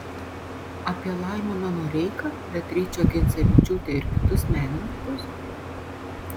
apie laimoną noreiką beatričę grincevičiūtę ir kitus menininkus